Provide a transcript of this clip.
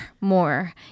more